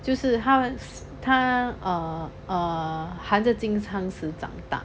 就是他他 err err 含着金汤匙长大